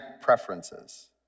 preferences